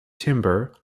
timber